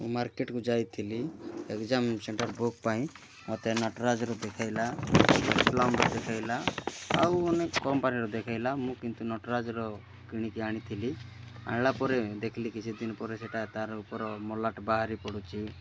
ମାର୍କେଟକୁ ଯାଇଥିଲି exam centre book ପାଇଁ ମୋତେ ନଟରାଜର ଦେଖାଇଲା ଦେଖାଇଲା ଆଉ ଅନେକ କମ୍ପାନୀର ଦେଖାଇଲା ମୁଁ କିନ୍ତୁ ନଟରାଜର କିଣିକି ଆଣିଥିଲି ଆଣିଲା ପରେ ଦେଖିଲି ଯେ କିଛିଦିନ ପରେ ସେଇଟା ତା'ର ଉପର ମଲାଟ ବାହାରି ପଡ଼ୁଛି